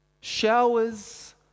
showers